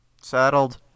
settled